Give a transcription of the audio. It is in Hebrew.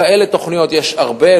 כאלה תוכניות יש הרבה,